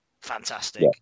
Fantastic